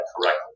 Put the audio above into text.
correctly